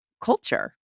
culture